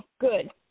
Good